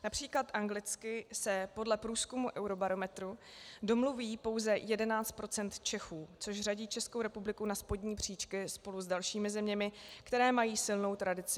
Například anglicky se podle průzkumu Eurobarometru domluví pouze 11 % Čechů, což řadí Českou republiku na spodní příčky spolu s dalšími zeměmi, které mají silnou tradici v dabování.